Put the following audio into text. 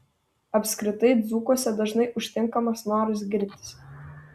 apskritai dzūkuose dažnai užtinkamas noras girtis